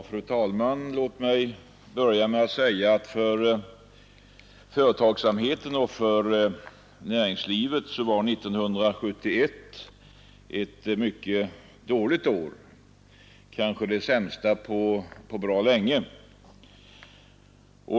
Fru talman! Låt mig börja med att säga att år 1971 var ett mycket dåligt år för näringslivet och industrin — kanske det sämsta på mycket länge.